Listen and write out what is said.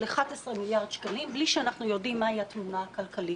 בערך 11 מיליארד שקלים בלי שאנחנו יודעים מה היא התמונה הכלכלית.